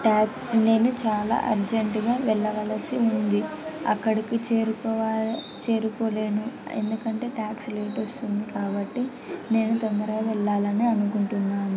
ట్యాక్ నేను చాలా అర్జెంటుగా వెళ్ళవలసి ఉంది అక్కడికి చేరుకోవాల చేరుకోలేను ఎందుకంటే ట్యాక్సీ లేట్ వస్తుంది కాబట్టి నేను తొందరగా వెళ్ళాలని అనుకుంటున్నాను